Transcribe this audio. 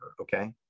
okay